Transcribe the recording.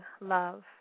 love